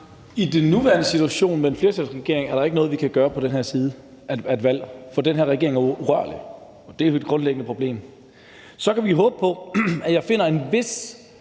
I den nuværende situation med en flertalsregering er der ikke noget, vi kan gøre på den her side af et valg, for den her regering er urørlig, og det er et grundlæggende problem. Så kan vi håbe på noget, som jeg finder et vist